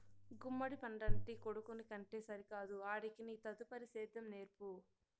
గుమ్మడి పండంటి కొడుకుని కంటే సరికాదు ఆడికి నీ తదుపరి సేద్యం నేర్పు